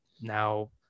Now